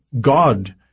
God